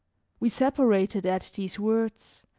we separated at these words,